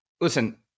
listen